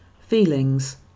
feelings